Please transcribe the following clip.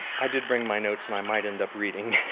i did bring my notes and i might end up reading.